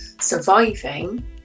surviving